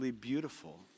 beautiful